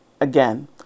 Again